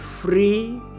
free